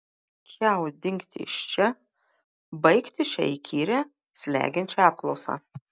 čiau dingti iš čia baigti šią įkyrią slegiančią apklausą